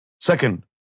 Second